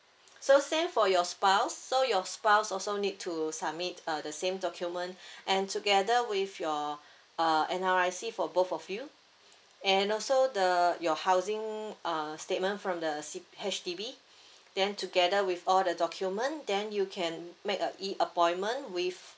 so same for your spouse so your spouse also need to submit uh the same document and together with your uh N_R_I_C for both of you and also the your housing uh statement from the C~ H_D_B then together with all the document then you can make a E appointment with